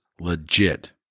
legit